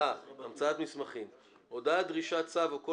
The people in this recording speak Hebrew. המצאת מסמכים הודעת דרישת צו או כל